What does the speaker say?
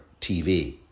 TV